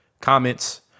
comments